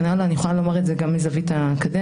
יכולה לומר את זה גם מזווית האקדמיה,